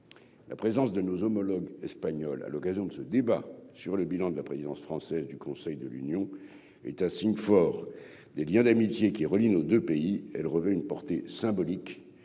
la présence de nos homologues espagnols à l'occasion de ce débat sur le bilan de la présidence française du Conseil de l'Union est un signe fort des Liens d'amitié qui relie nos deux pays elle revêt une portée symbolique